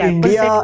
India